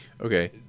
Okay